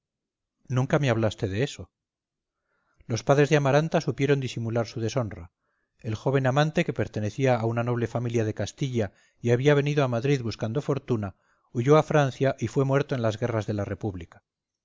nunca me hablaste de eso los padres de amaranta supieron disimular su deshonra el joven amante que pertenecía a una noble familia de castilla y había venido a madrid buscando fortuna huyó a francia y fue muerto en las guerras de la república